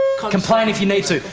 complain if you need to.